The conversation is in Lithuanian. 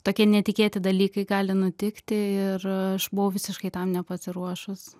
tokie netikėti dalykai gali nutikti ir aš buvau visiškai tam nepasiruošus